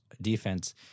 defense